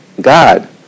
God